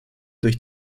durch